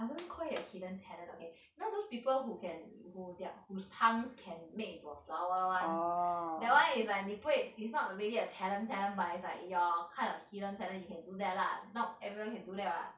I wouldn't call it a hidden talent okay you know those people who can who their whose thumbs can make into a flower [one] that [one] is like 你不会 it's not really a talent talent but it's like you're kind of hidden talent you can do that lah not everyone can do that lah